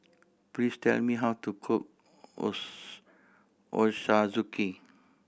please tell me how to cook Ochazuke